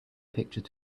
picture